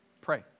pray